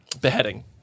beheading